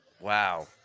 Wow